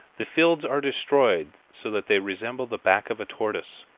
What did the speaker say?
the fields are destroyed so that they resemble the back of a tortoise.